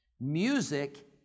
Music